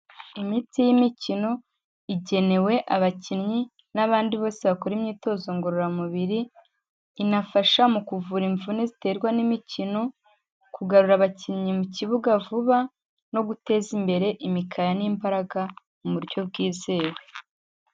Imiti y'imikino igenewe abakinnyi n'abandi bose bakora imyitozo ngororamubiri, inafasha mu kuvura imvune ziterwa n'imikino, kugarura abakinnyi mu kibuga vuba no guteza imbere imikaya n'imbaraga mu buryo bwizewe.